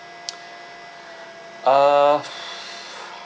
uh